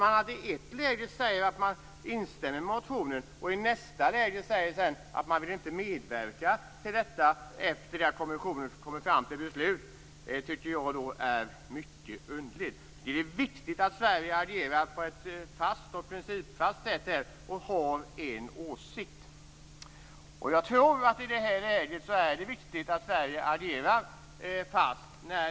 I ett läge säger man att man instämmer med motionen, och i nästa läge säger man att man inte vill medverka till detta när kommissionen har kommit fram till ett beslut. Jag tycker att det är mycket underligt. Jag tycker att det är viktigt att Sverige agerar på ett principfast sätt och har en åsikt. I det här läget tror jag att det är viktigt att Sverige agerar fast.